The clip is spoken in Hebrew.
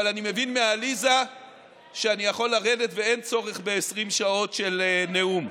אבל אני מבין מעליזה שאני יכול לרדת ואין צורך ב-20 שעות של נאום,